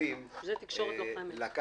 בידורית ומערכת